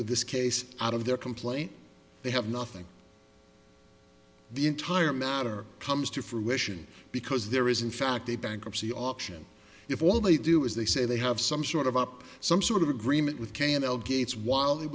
of this case out of their complaint they have nothing the entire matter comes to fruition because there is in fact a bankruptcy option if all they do is they say they have some sort of up some sort of agreement with k and l gates while he